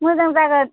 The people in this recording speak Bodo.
मोजां जागोन